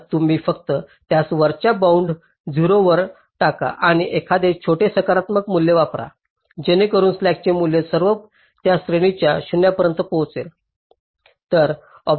तर तुम्ही फक्त त्यास वरच्या बाउंड 0 वर टाका किंवा एखादे छोटे सकारात्मक मूल्य वापरा जेणेकरून स्लॅकचे मूल्य सर्व त्या श्रेणीच्या 0 पर्यंत पोहोचेल